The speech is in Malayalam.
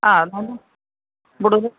ആ അതാവുമ്പോൾ ഇവിടെ ഒരു